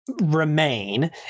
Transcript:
remain